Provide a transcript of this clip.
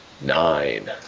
Nine